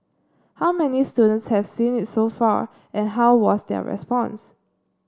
how many students have seen its so far and how was their response